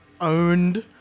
Owned